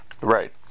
Right